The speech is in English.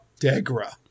degra